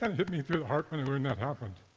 um hit me through the heart when i mean and that happened.